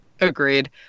Agreed